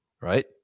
right